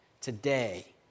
today